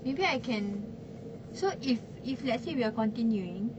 maybe I can so if if let's say we are continuing